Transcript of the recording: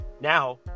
now